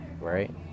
right